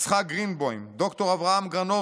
יצחק גרינבוים, ד"ר אברהם גרנובסקי,